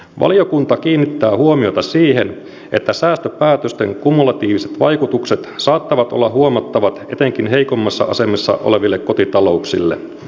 valiokunta kiinnittää huomiota siihen että säästöpäätösten kumulatiiviset vaikutukset saattavat olla huomattavat etenkin heikommassa asemassa oleville kotitalouksille